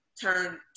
turn